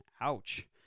Ouch